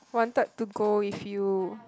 wanted to go with you